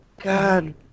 God